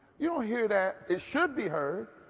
you don't hear that. it should be heard.